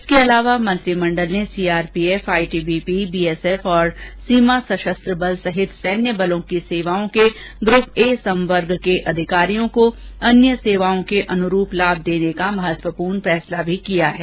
इसके अलावा मंत्रिमंडल ने सीआरपीएफ आईटीबीपी बीएसएफ और सीमा संषस्त्र बल सहित सैन्य बलों की सेवाओं के ग्रूप ए संवर्ग के अधिकारियों को अन्य सेवाओं के अनुरूप लाभ देने का महत्वपूर्ण फैसला भी किया है